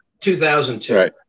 2002